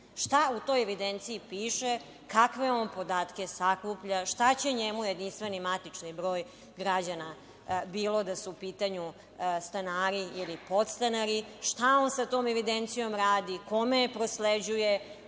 Šta u toj evidenciji piše kakve on podatke sakuplja? Šta će njemu jedinstveni matični broj građana bilo da su u pitanju stanari ili podstanari? Šta on sa tom evidencijom radi? Kome je prosleđuje?